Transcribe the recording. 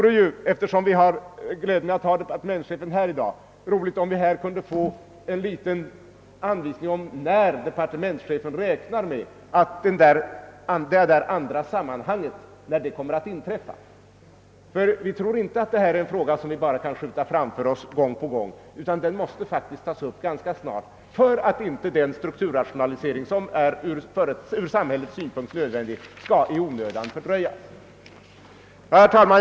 Eftersom vi har glädjen att ha departementschefen här i dag vore det roligt om vi kunde få en liten anvisning om när departementschefen räknar med att det där andra sammanhanget, i vilket dessa bestämmelser skall tas upp, kommer att inträffa. Vi tror nämligen inte att detta är en fråga som vi gång på gång kan skjuta framför oss — den måste tas upp ganska snart för att inte den strukturrationalisering som från samhället synpunkt är nödvändig i onödan skall fördröjas. Herr talman!